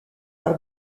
par